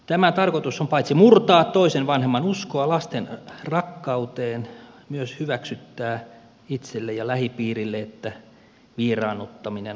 tämän tarkoitus on paitsi murtaa toisen vanhemman uskoa lasten rakkauteen myös hyväksyttää itselle ja lähipiirille että vieraannuttaminen on oikeutettua